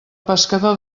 pescador